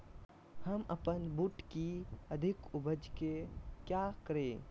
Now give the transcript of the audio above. हम अपन बूट की अधिक उपज के क्या करे?